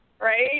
right